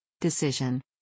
Decision